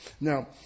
Now